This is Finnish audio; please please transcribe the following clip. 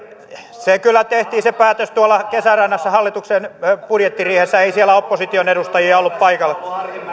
se päätös kyllä tehtiin tuolla kesärannassa hallituksen budjettiriihessä ei siellä opposition edustajia ollut paikalla